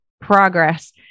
progress